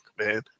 man